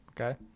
Okay